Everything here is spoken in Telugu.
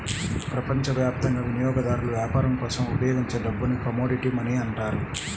ప్రపంచవ్యాప్తంగా వినియోగదారులు వ్యాపారం కోసం ఉపయోగించే డబ్బుని కమోడిటీ మనీ అంటారు